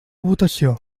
votació